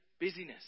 busyness